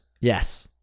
Yes